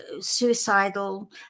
suicidal